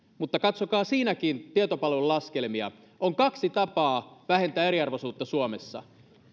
mutta katsokaa siinäkin tietopalvelun laskelmia on kaksi tapaa vähentää eriarvoisuutta suomessa